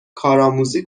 کارآموزی